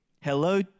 Hello